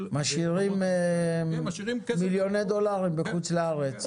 --- משאירים מיליוני דולרים בחוץ לארץ.